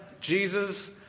Jesus